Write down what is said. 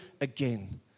again